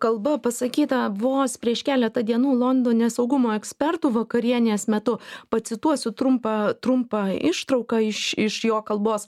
kalba pasakyta vos prieš keleta dienų londone saugumo ekspertų vakarienės metu pacituosiu trumpą trumpą ištrauką iš iš jo kalbos